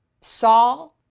Saul